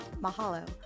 Mahalo